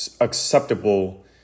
acceptable